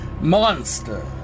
monster